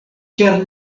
ĉar